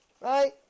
Right